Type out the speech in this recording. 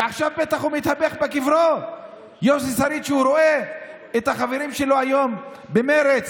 ועכשיו יוסי בטח מתהפך בקברו כשהוא רואה את החברים שלו היום במרצ